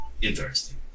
interesting